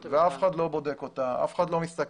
ואף אחד לא בודק אותה ואף אחד לא מסתכל.